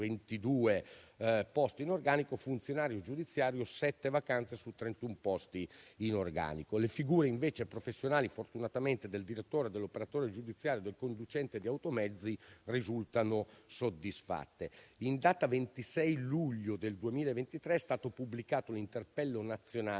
22 posti in organico; funzionario giudiziario, sette vacanze su 31 posti in organico. Fortunatamente, invece, le figure professionali del direttore, dell'operatore giudiziario e del conducente di automezzi risultano soddisfatte. In data 26 luglio 2023 è stato pubblicato un interpello nazionale